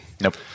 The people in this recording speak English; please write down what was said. Nope